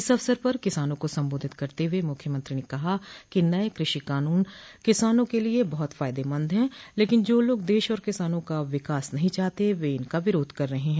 इस अवसर पर किसानों को संबोधित करते हुए मुख्यमंत्री ने कहा है कि नए कृषि कानून किसानों के लिए बहुत फायदेमंद हैं लेकिन जो लोग देश और किसानों का विकास नहीं चाहते हैं वे इनका विरोध कर रहे हैं